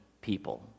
people